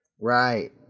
Right